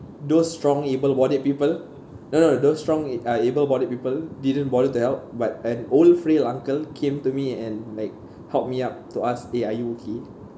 those strong able bodied people none of those strong e~ uh able bodied people didn't bother to help but an old frail uncle came to me and like help me up to ask eh are you okay